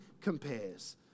compares